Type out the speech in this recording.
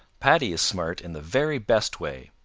paddy is smart in the very best way.